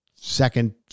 second